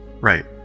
Right